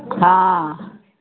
हाँ